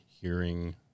hearing